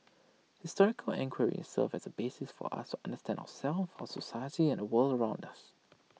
historical enquiry serves as A basis for us to understand ourselves our society and the world around us